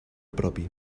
propi